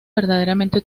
verdaderamente